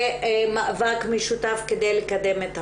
ומאבק משותף כדי לקדם את הנושאים.